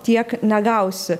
tiek negausi